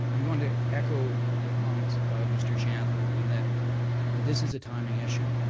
i'm going to echo the comments of mr. chandler in that this is a timing issue.